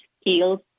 skills